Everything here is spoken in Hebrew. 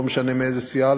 לא משנה מאיזו סיעה,